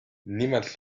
nimelt